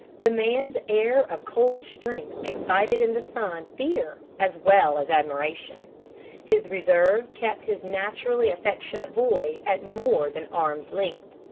the man's air of cold strength excited in the son fear as well as admiration his reserve kept his naturally affectionate boy at more than arm's length.